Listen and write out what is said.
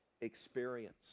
experience